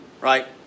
Right